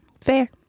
Fair